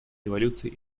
революции